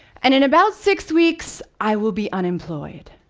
and in about six weeks, i will be unemployed,